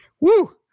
Woo